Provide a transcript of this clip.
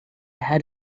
had